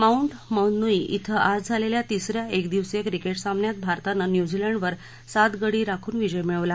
mount Maunganui थें आज झालेल्या तिसऱ्या एकदिवसीय क्रिकेट सामन्यात भारतानं न्यूझीलंडवर सात गडी राखून विजय मिळवला